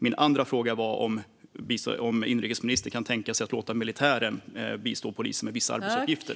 Min andra fråga var om inrikesministern kan tänka sig att låta militären bistå polisen med vissa arbetsuppgifter.